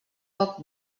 poc